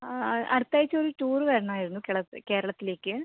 അടുത്താഴ്ച ഒരു ടൂറ് വരണം ആയിരുന്നു കേരളത്തിൽ കേരളത്തിലേക്ക്